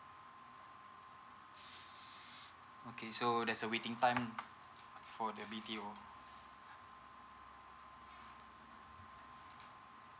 okay so that's the waiting time for the B_T_O oh